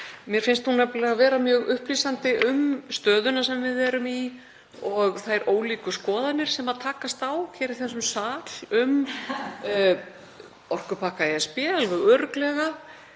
Mér finnst hún nefnilega vera mjög upplýsandi um stöðuna sem við erum í og þær ólíku skoðanir sem takast á í þessum sal um orkupakka ESB, alveg örugglega,